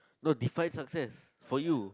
no define success for you